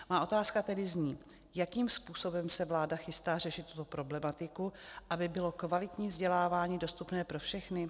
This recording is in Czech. Má otázka tedy zní: Jakým způsobem se vláda chystá řešit tuto problematiku, aby bylo kvalitní vzdělávání dostupné pro všechny?